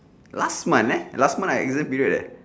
last month leh last month I exam period leh